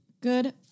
Good